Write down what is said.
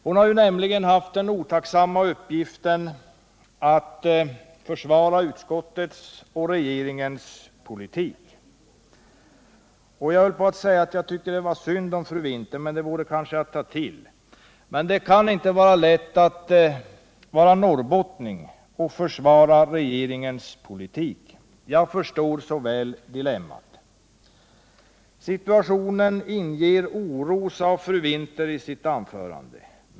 Fru Winther har haft den otacksamma uppgiften att försvara utskottets och regeringens politik. Jag höll på att säga att jag tycker synd om fru Winther, men det vore kanske att ta till i överkant. Det kan emellertid inte vara lätt att vara norrbottning och samtidigt försvara regeringens politik — jag förstår så väl dilemmat. Situationen inger oro, sade fru Wintheri sitt anförande.